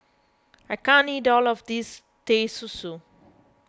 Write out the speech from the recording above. I can't eat all of this Teh Susu